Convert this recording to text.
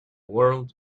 world